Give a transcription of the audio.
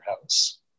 house